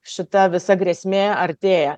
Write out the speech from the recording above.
šita visa grėsmė artėja